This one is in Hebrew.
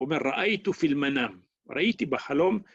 אומר ראיתו פלמנם, ראיתי בחלום.